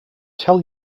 tell